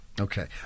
Okay